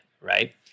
right